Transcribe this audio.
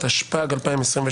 התשפ"ג-2023.